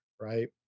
right